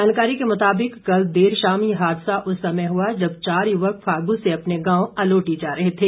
जानकारी के मुताबिक कल देर शाम ये हादसा उस समय हुआ जब चार युवक फागू से अपने गांव अलोटी जा रहे थे